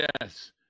Yes